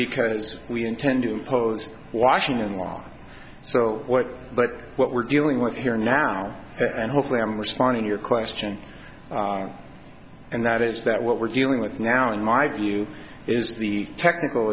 because we intend to impose washington along so what but what we're dealing with here now and hopefully i'm responding to your question and that is that what we're dealing with now in my view is the technical